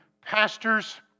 pastors